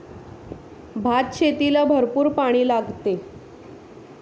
भातशेतीला भरपूर पाणी लागते